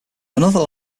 another